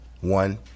one